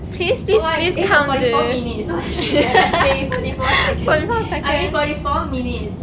oh my eh no forty four minutes what the shit did I just say forty four seconds I mean forty four minutes